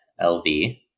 LV